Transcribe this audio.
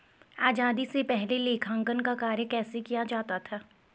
आजादी से पहले लेखांकन का कार्य कैसे किया जाता था?